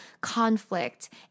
conflict